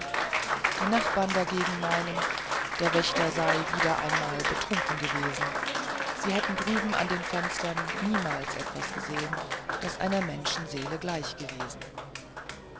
die nachbarn dagegen meinen der wächter sei wieder einmal betrunken gewesen sie hätten drüben an den fenstern niemals etwas gesehen das einer menschenseele gleich gewesen